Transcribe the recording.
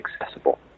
accessible